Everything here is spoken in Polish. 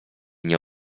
nie